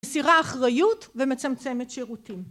מסירה אחריות ומצמצמת שירותים